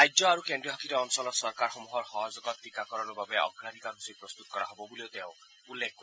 ৰাজ্য আৰু কেজ্ৰীয়শাসিত অঞ্চলৰ চৰকাৰসমূহৰ সহযোগত টাকাকৰণৰ বাবে অগ্ৰাধিকাৰ সূচী প্ৰস্তুত কৰা হ'ব বুলিও তেওঁ উল্লেখ কৰে